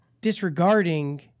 disregarding